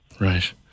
Right